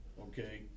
okay